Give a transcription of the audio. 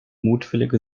mutwillige